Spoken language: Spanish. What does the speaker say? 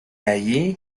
allí